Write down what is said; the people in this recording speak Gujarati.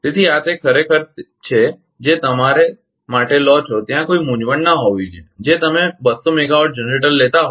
તેથી આ તે ખરેખર છે જે તમે તમારા માટે લો છો ત્યાં કોઈ મૂંઝવણ ન હોવી જોઈએ જે તમે 200 મેગાવોટ જનરેટર લેતા હોવ